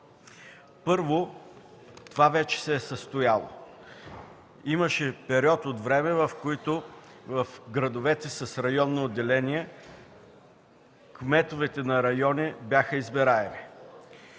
Първо, това вече се е състояло. Имаше период от време, в който в градовете с районно деление, кметовете на райони бяха избираеми.